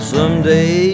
Someday